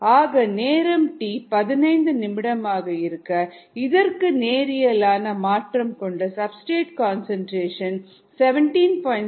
ஆக நேரம் 15 நிமிடம் ஆக இருக்க இதற்கு நேரியலான மாற்றம் கொண்ட சப்ஸ்டிரேட் கன்சன்ட்ரேஷன் 17